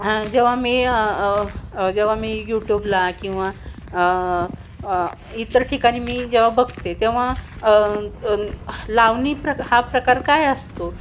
जेव्हा मी जेव्हा मी यूट्यूबला किंवा इतर ठिकाणी मी जेव्हा बघते तेव्हा लावणी प्र हा प्रकार काय असतो